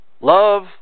love